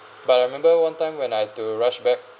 but I remember one time when I to rush back